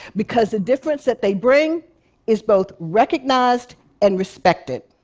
because the difference that they bring is both recognized and respected.